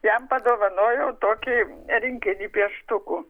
jam padovanojau tokį rinkinį pieštukų